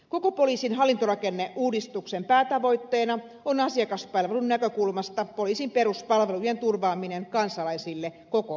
koko poliisin hallintorakenneuudistuksen päätavoitteena on asiakaspalvelun näkökulmasta poliisin peruspalvelujen turvaaminen kansalaisille koko maassa